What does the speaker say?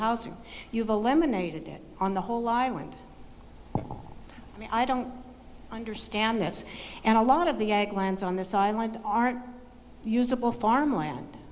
housing you've eliminated it on the whole law and i don't understand this and a lot of the egg lands on this island are usable farmland